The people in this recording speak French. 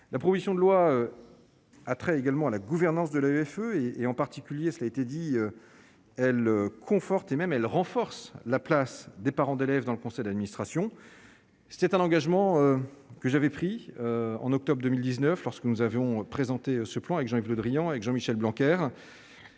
la proposition de loi a trait également à la gouvernance de la greffe et et en particulier ce qui a été dit-elle conforte et même elle renforce la place des parents d'élèves dans le conseil d'administration, c'est un engagement que j'avais pris en octobre 2019 lorsque nous avons présenté ce plan avec Jean-Yves Le Drian, avec Jean-Michel Blanquer,